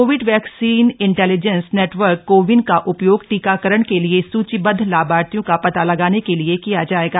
Covid vaccine intelligence network CoWIN का उपयोग टीकाकरण के लिए सूचीबदध लाभार्थियों का पता लगाने के लिए किया जाएगा